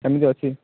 ସେମିତି ଅଛି